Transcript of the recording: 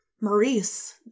Maurice